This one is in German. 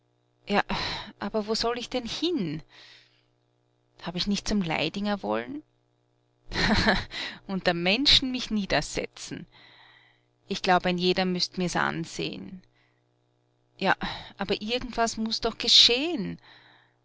aber wo soll ich denn hin hab ich nicht zum leidinger wollen haha unter menschen mich niedersetzen ich glaub ein jeder müßt mir's anseh'n ja aber irgendwas muß doch gescheh'n